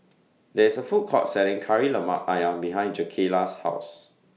There IS A Food Court Selling Kari Lemak Ayam behind Jakayla's House